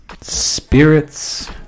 spirits